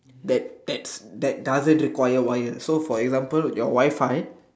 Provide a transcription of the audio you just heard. that that's that doesn't require wire so for example your fire